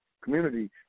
community